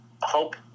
hope